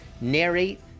narrate